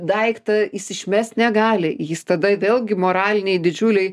daiktą jis išmest negali jis tada vėlgi moraliniai didžiuliai